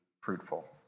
fruitful